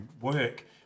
work